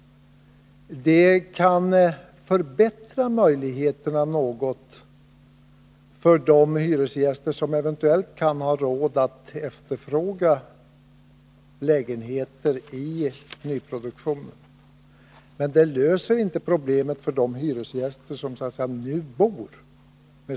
Det kan förbättra möjligheterna något för dem som eventuellt kan ha råd att efterfråga lägenheter i nyproduktionen, men med sådana förändringar löser man inte problemen för de hyresgäster som så att säga nu bor.